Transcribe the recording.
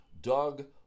Doug